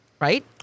right